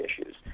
issues